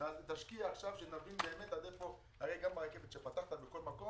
תשקיע עכשיו שנבין באמת עד איפה הרי גם הרכבת כשפתחת ובכל מקום,